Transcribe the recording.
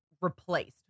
replaced